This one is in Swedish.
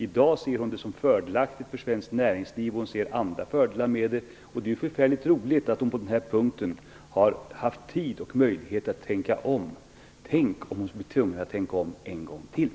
I dag ser hon avtalet som fördelaktigt för svenskt näringsliv. Hon ser även andra fördelar med det. Det är förfärligt roligt att hon på den här punkten har haft tid och möjlighet att tänka om. Tänk om hon skulle bli tvungen att tänka om en gång till!